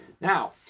Now